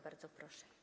Bardzo proszę.